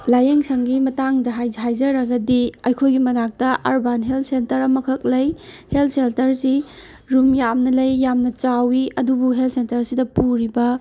ꯂꯥꯏꯌꯦꯡ ꯁꯪꯒꯤ ꯃꯇꯥꯡꯗ ꯍꯥꯏ ꯍꯥꯏꯖꯔꯒꯗꯤ ꯑꯩꯈꯣꯏꯒꯤ ꯃꯅꯥꯛꯇ ꯑꯔꯕꯥꯟ ꯍꯦꯜꯠ ꯁꯦꯟꯇꯔ ꯑꯃꯈꯛ ꯂꯩ ꯍꯦꯜꯠ ꯁꯦꯟꯇꯔꯁꯤ ꯔꯨꯝ ꯌꯥꯝꯅ ꯂꯩ ꯌꯥꯝꯅ ꯆꯥꯎꯏ ꯑꯗꯨꯕꯨ ꯍꯦꯜꯠ ꯁꯦꯟꯇꯔꯁꯤꯗ ꯄꯨꯔꯤꯕ